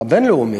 הבין-לאומי.